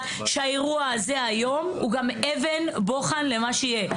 שהאירוע הזה הוא גם אבן בוחן למה שיהיה.